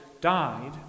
died